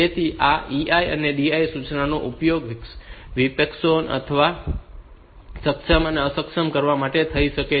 તેથી આ EI અને DI સૂચનાઓનો ઉપયોગ વિક્ષેપોને સક્ષમ અને અક્ષમ કરવા માટે થઈ શકે છે